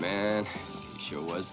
man show was